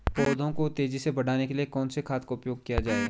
पौधों को तेजी से बढ़ाने के लिए कौन से खाद का उपयोग किया जाए?